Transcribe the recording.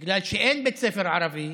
בגלל שאין בית ספר ערבי,